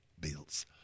Bills